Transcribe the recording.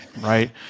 right